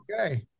Okay